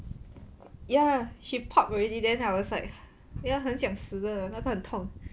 ya she pop already then I was like ya 很想死的那个很痛